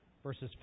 Verses